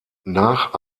nach